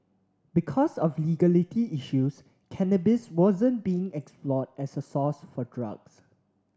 because of legality issues cannabis wasn't being explored as a source for drugs